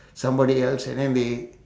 somebody else and then they